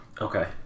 Okay